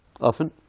often